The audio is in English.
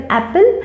apple